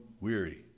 weary